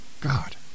God